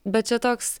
bet čia toks